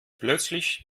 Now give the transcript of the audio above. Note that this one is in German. plötzlich